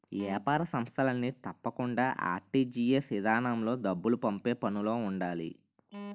ఏపార సంస్థలన్నీ తప్పకుండా ఆర్.టి.జి.ఎస్ ఇదానంలో డబ్బులు పంపే పనులో ఉండాలి